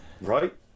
right